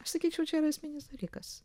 aš sakyčiau čia yra esminis dalykas